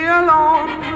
alone